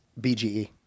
BGE